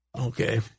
Okay